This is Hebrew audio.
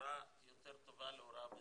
בצורה יותר טובה להוראה בזום.